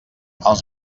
els